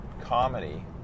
comedy